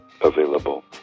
available